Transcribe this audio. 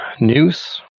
news